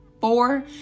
four